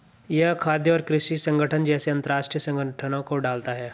यह खाद्य और कृषि संगठन जैसे अंतरराष्ट्रीय संगठनों को डालता है